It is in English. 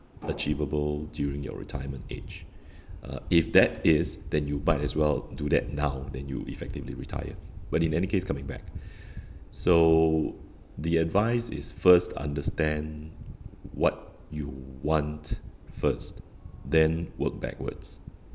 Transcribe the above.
achievable during your retirement age uh if that is then you might as well do that now then you effectively retire but in any case coming back so the advice is first understand what you want first then work backwards